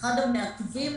- אחד המעכבים